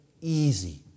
easy